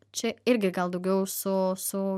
čia irgi gal daugiau su su